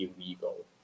illegal